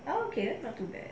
oh okay not too bad